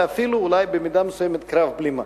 ואפילו אולי במידה מסוימת קרב בלימה.